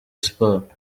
sports